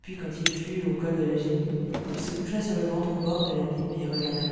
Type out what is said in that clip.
puis quand il fut au col de la gemmi il se coucha sur le ventre au bord de l'abîme et regarda